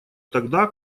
тогда